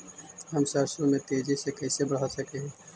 हम सरसों के तेजी से कैसे बढ़ा सक हिय?